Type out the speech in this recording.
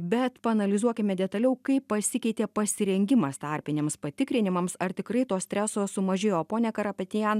bet paanalizuokime detaliau kaip pasikeitė pasirengimas tarpiniams patikrinimams ar tikrai to streso sumažėjo o ponia karapetian